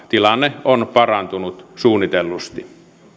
tilanne on parantunut suunnitellusti